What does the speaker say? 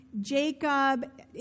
Jacob